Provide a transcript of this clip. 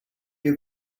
you